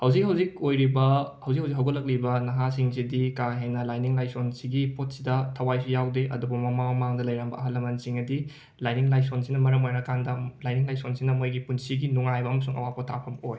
ꯍꯧꯖꯤꯛ ꯍꯧꯖꯤꯛ ꯑꯣꯏꯔꯤꯕ ꯍꯧꯖꯤꯛ ꯍꯧꯖꯤꯛ ꯍꯧꯒꯠꯂꯛꯂꯤꯕ ꯅꯍꯥꯁꯤꯡꯁꯤꯗꯤ ꯀꯥ ꯍꯦꯟꯅ ꯂꯥꯏꯅꯤꯡ ꯂꯥꯏꯁꯣꯟꯁꯤꯒꯤ ꯄꯣꯠꯁꯤꯗ ꯊꯋꯥꯏꯁꯨ ꯌꯥꯎꯗꯦ ꯑꯗꯨꯕꯨ ꯃꯃꯥꯡ ꯃꯃꯥꯡꯗ ꯂꯩꯔꯝꯕ ꯑꯍꯟ ꯂꯃꯟꯁꯤꯡꯅꯗꯤ ꯂꯥꯏꯅꯤꯡ ꯂꯥꯏꯁꯣꯟꯁꯤꯅ ꯃꯔꯝ ꯑꯣꯏꯔꯀꯥꯟꯗ ꯂꯥꯏꯅꯤꯡ ꯂꯥꯏꯁꯣꯟꯁꯤꯅ ꯃꯣꯏꯒꯤ ꯄꯨꯟꯁꯤꯒꯤ ꯅꯨꯡꯉꯥꯏꯕ ꯑꯃꯁꯨꯡ ꯑꯋꯥ ꯄꯣꯠꯊꯥꯐꯝ ꯑꯣꯏ